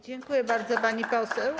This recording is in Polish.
Dziękuję bardzo, pani poseł.